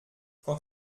quant